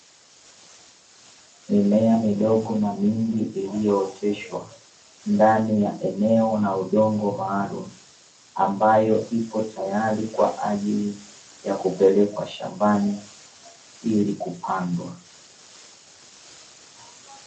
Mimea midogo na mingi iliyooteshwa ndani ya eneo na udongo maalumu, ambayo ipo tayari kwa ajili ya kupelekwa shambani ili kupandwa.